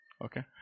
Okay